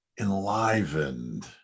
enlivened